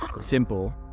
simple